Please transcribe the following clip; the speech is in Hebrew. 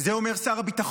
את זה אומר שר הביטחון,